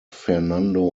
fernando